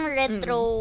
retro